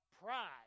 pride